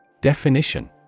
Definition